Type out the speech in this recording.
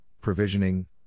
provisioning